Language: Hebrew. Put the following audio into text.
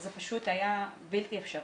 זה פשוט היה בלתי אפשרי.